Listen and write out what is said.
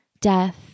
death